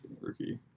Rookie